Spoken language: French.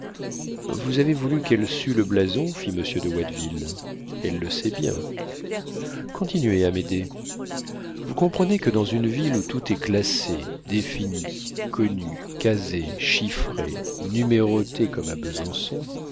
vous avez voulu qu'elle sût le blason fit monsieur de watteville elle le sait bien continuez amédée vous comprenez que dans une ville où tout est classé défini connu casé chiffré numéroté comme à besançon